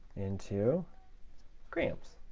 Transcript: into grams,